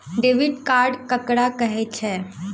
Debit card ककरा कहै छै?